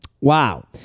Wow